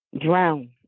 Drown